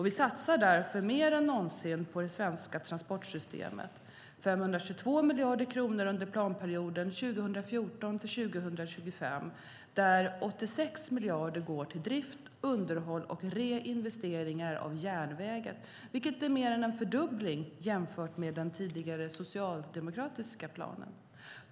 Vi satsar därför mer än någonsin på det svenska transportsystemet: 522 miljarder kronor under planperioden 2014-2025, där 86 miljarder kronor går till drift, underhåll och reinvesteringar av järnvägen, vilket är mer än en fördubbling jämfört med den tidigare socialdemokratiska planen.